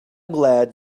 glad